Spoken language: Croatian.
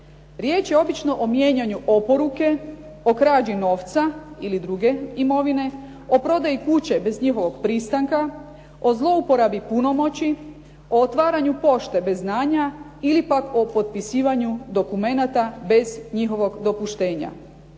Riječ je obično o mijenjanju oporuke, o krađi novca ili druge imovine, o prodaji kuće bez njihovog pristanka, o zlouporabi punomoći, o otvaranju pošte bez znanja ili pak o potpisivanju dokumenata bez njihovog dopuštenja.